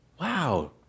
Wow